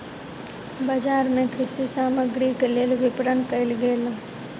बजार मे कृषि सामग्रीक लेल विपरण कयल गेल